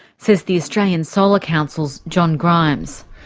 says the australian solar council's john grimes.